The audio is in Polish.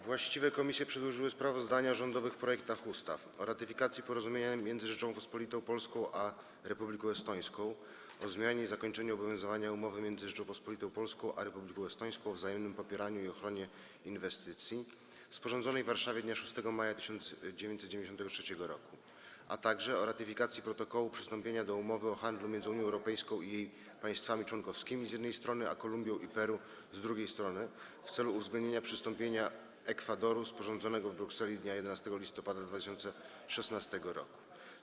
Właściwe komisje przedłożyły sprawozdania o rządowych projektach ustaw: - o ratyfikacji Porozumienia między Rzecząpospolitą Polską a Republiką Estońską o zmianie i zakończeniu obowiązywania Umowy między Rzecząpospolitą Polską a Republiką Estońską o wzajemnym popieraniu i ochronie inwestycji, sporządzonej w Warszawie dnia 6 maja 1993 r., - o ratyfikacji Protokołu przystąpienia do Umowy o handlu między Unią Europejską i jej państwami członkowskimi, z jednej strony, a Kolumbią i Peru, z drugiej strony, w celu uwzględnienia przystąpienia Ekwadoru, sporządzonego w Brukseli dnia 11 listopada 2016 r.